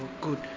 good